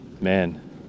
man